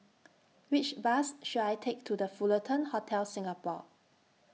Which Bus should I Take to The Fullerton Hotel Singapore